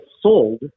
sold